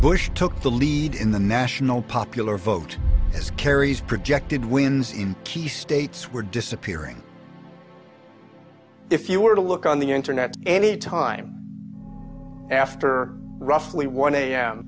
bush took the lead in the national popular vote as kerry's projected wins in key states were disappearing if you were to look on the internet any time after roughly one a